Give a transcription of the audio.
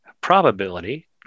probability